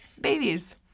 babies